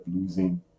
losing